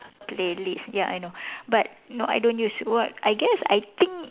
playlist ya I know but no I don't use but I guess I think